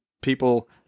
people